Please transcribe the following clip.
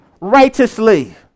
righteously